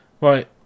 right